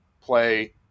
play